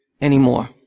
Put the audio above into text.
anymore